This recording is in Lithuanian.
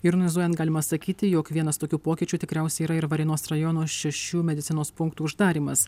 ironizuojant galima sakyti jog vienas tokių pokyčių tikriausiai yra ir varėnos rajono šešių medicinos punktų uždarymas